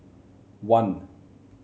one